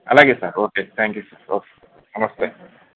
అలాగే sir okay thank you sir okay sir నమస్తే